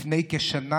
לפני כשנה,